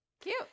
Cute